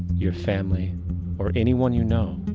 your family or anyone you know,